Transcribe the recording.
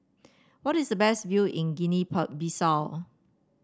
what is the best view in Guinea Bissau